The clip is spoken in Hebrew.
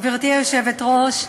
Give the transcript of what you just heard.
גברתי היושבת-ראש,